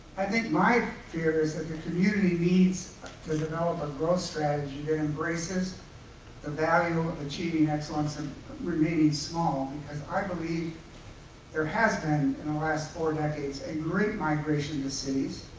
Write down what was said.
i think my fear is that the community needs to develop a growth strategy that embraces the value of achieving excellence and remaining small, because i believe there has been, in the last four decades, a great migration to cities.